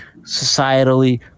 societally